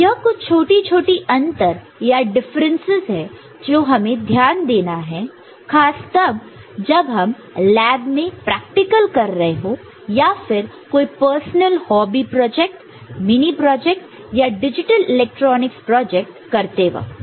तो यह कुछ छोटी छोटी अंतर या डिफरन्स जो हमें ध्यान देना है खास तब जब हम लैब में प्रैक्टिकल कर रहे हो या फिर कोई personal hobby project mini project या डिजिटल इलेक्ट्रॉनिक्स प्रोजेक्ट करते वक्त